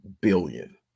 billion